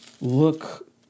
Look